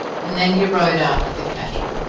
and then he rode after the cattle.